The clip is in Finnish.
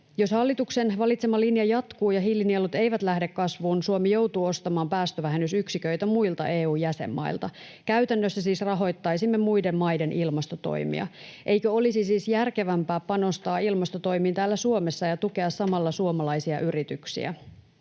Jos hallituksen valitsema linja jatkuu ja hiilinielut eivät lähde kasvuun, Suomi joutuu ostamaan päästövähennysyksiköitä muilta EU:n jäsenmailta. Käytännössä siis rahoittaisimme muiden maiden ilmastotoimia. Eikö olisi siis järkevämpää panostaa ilmastotoimiin täällä Suomessa ja tukea samalla suomalaisia yrityksiä?